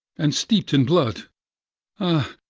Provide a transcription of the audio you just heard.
and steep'd in blood ah,